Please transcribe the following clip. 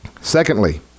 Secondly